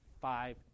Five